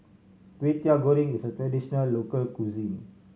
Kwetiau Goreng is a traditional local cuisine